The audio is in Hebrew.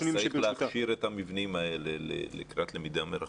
צריך להכשיר את המבנים האלה לקראת למידה מרחוק.